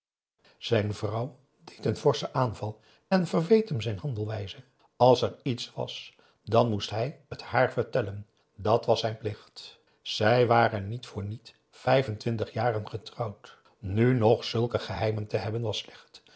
zijn vrouw deed een forschen aanval en verweet hem zijn handelwijze als er iets was dan moest hij het haar vertellen dàt was zijn plicht zij waren niet voor niet vijf en twintig jaren getrouwd nu nog zulke geheimen te hebben was slecht